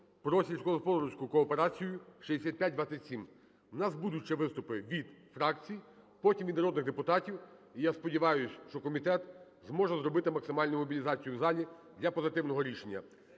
про сільськогосподарську кооперацію (6527). У нас будуть ще виступи від фракцій, потім від народних депутатів. І я сподіваюсь, що комітет зможе зробити максимальну мобілізацію в залі для позитивного рішення.